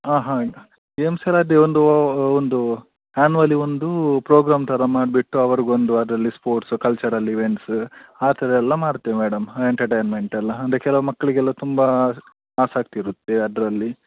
ಹಾಂ ಹಾಂ ಗೇಮ್ಸ್ ಎಲ್ಲ ಇದೆ ಒಂದು ಒಂದು ಆನ್ವಲಿ ಒಂದು ಪ್ರೋಗ್ರಾಮ್ ಥರ ಮಾಡಿಬಿಟ್ಟು ಅವರಿಗೊಂದು ಅದರಲ್ಲಿ ಸ್ಪೋರ್ಟ್ಸ್ ಕಲ್ಚರಲ್ ಈವೆಂಟ್ಸ ಆ ಥರ ಎಲ್ಲ ಮಾಡ್ತೇವೆ ಮೇಡಮ್ ಎಂಟಟೈನ್ಮೆಂಟೆಲ್ಲ ಅಂದರೆ ಕೆಲವು ಮಕ್ಳಿಗೆಲ್ಲ ತುಂಬ ಆಸಕ್ತಿ ಇರುತ್ತೆ ಅದರಲ್ಲಿ